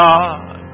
God